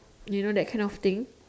you know that kind of thing